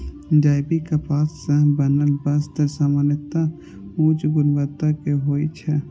जैविक कपास सं बनल वस्त्र सामान्यतः उच्च गुणवत्ता के होइ छै